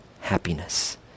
happiness